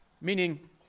Meaning